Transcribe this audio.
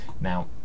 now